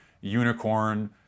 unicorn